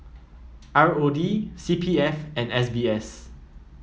R O D C P F and S B S